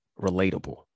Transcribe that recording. relatable